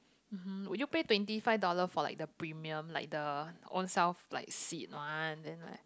mmhmm would you pay twenty five dollars for like the premium like the own self like seat [one] then like